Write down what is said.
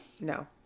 No